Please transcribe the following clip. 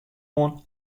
oan